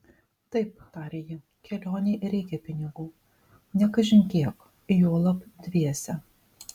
taip tarė ji kelionei reikia pinigų ne kažin kiek juolab dviese